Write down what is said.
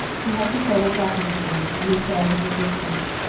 he had to call on buttons again and implore his assistance.